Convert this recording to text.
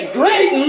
great